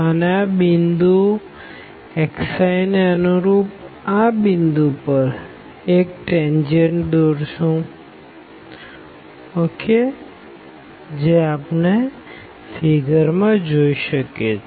અને આ પોઈન્ટ xiને અનુરૂપ આ પોઈન્ટ પર એક ટેનજેન્ટ દોર્શું જે i અને f દ્વારા બતાવવામાં આવ્યો છે